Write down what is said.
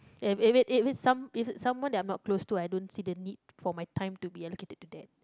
if it if it some if it's someone that I'm not close to I don't see the need for my time to be allocated to that